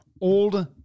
old